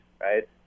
right